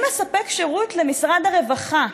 אני מספק שירות למשרד הרווחה,